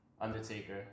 Undertaker